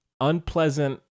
unpleasant